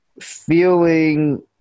feeling